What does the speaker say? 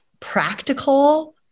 practical